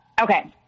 okay